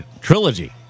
trilogy